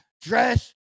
dress